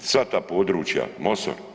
Sva ta područja, Mosor.